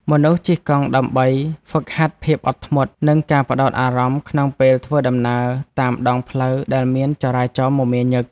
មនុស្សជិះកង់ដើម្បីហ្វឹកហាត់ភាពអត់ធ្មត់ និងការផ្ដោតអារម្មណ៍ក្នុងពេលធ្វើដំណើរតាមដងផ្លូវដែលមានចរាចរណ៍មមាញឹក។